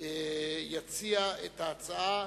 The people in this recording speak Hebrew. יציע את ההצעה